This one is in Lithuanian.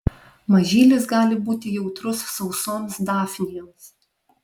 mažylis gali būti jautrus sausoms dafnijoms